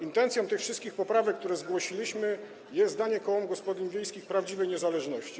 Intencją tych wszystkich poprawek, które zgłosiliśmy jest danie kołom gospodyń wiejskich prawdziwej niezależności.